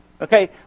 Okay